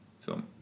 film